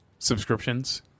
subscriptions